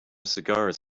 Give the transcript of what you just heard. cigars